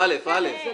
(א), (א).